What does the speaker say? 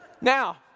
Now